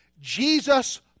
Jesus